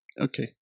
Okay